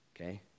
okay